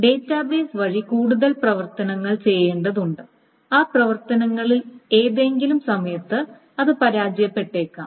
database വഴി കൂടുതൽ പ്രവർത്തനങ്ങൾ ചെയ്യേണ്ടതുണ്ട് ആ പ്രവർത്തനങ്ങളിൽ ഏതെങ്കിലും സമയത്ത് അത് പരാജയപ്പെട്ടേക്കാം